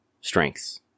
strengths